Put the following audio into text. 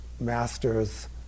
masters